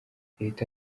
leta